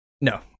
No